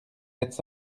êtes